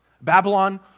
Babylon